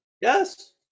Yes